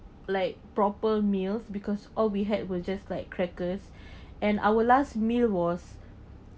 like proper meals because all we had were just like crackers and our last meal was